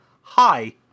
hi